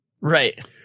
Right